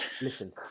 listen